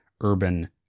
urban